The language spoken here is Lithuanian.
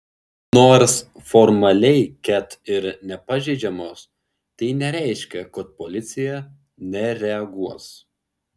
nors formaliai ket ir nepažeidžiamos tai nereiškia kad policija nereaguos